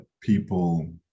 people